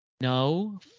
No